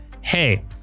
hey